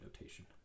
notation